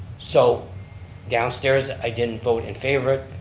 so downstairs i didn't vote in favor,